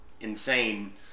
insane